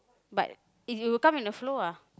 but it will come in a flow ah